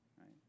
right